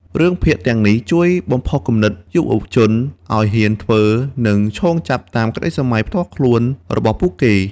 រឿងភាគ ទាំងនេះជួយបំផុសគំនិតយុវជនឱ្យហ៊ានធ្វើ និងឈោងចាប់តាមក្ដីស្រមៃផ្ទាល់ខ្លួនរបស់ពួកគេ។